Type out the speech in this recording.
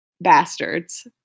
Bastards